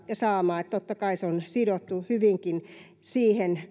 saamaan totta kai se on kaiken kaikkiaan sidottu hyvinkin siihen